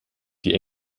die